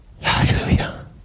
Hallelujah